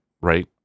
right